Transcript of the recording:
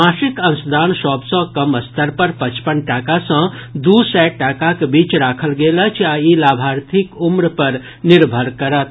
मासिक अंशदान सभ सँ कम स्तर पर पचपन टाका सँ दू सय टाकाक बीच राखल गेल अछि आ ई लाभार्थीक उम्र पर निर्भर करत